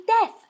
death